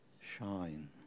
shine